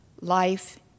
life